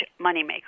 moneymaker